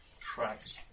tracks